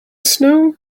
snow